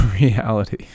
reality